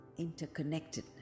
interconnectedness